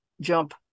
jump